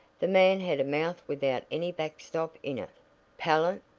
the man had a mouth without any backstop in it palate?